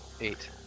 Eight